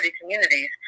communities